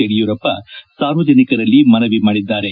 ಯಡಿಯೂರಪ್ಪ ಸಾರ್ವಜನಿಕರಲ್ಲಿ ಮನವಿ ಮಾಡಿದ್ದಾರೆ